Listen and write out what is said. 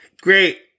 Great